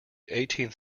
eighteenth